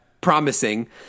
promising